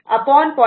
2 0